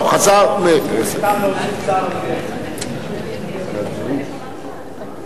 אנחנו עוברים להצעת חוק איסור לשון הרע (תיקון,